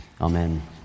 amen